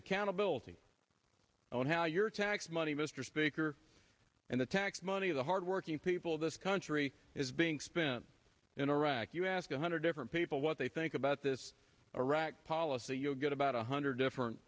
accountability on how your tax money mr speaker and the tax money the hardworking people of this country is being spent in iraq you ask a hundred different people what they think about this iraq policy you'll get about one hundred different